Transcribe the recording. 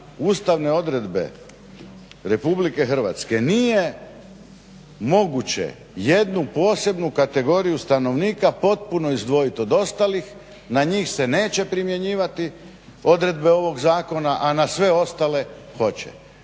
ustavne odredbe RH nije moguće jednu posebnu kategoriju stanovnika potpuno izdvojiti od ostalih, na njih se neće primjenjivati odredbe ovog zakona, a na sve ostale hoće.